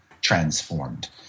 transformed